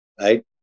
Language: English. right